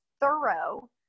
thorough